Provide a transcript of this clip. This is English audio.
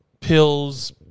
pills